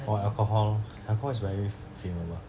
or alcohol lor alcohol is very flammable